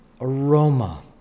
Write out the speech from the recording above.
aroma